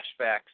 flashbacks